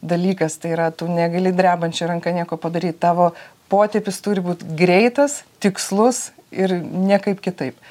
dalykas tai yra tu negali drebančia ranka nieko padaryt tavo potėpis turi būt greitas tikslus ir niekaip kitaip